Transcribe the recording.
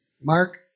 Mark